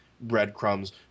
breadcrumbs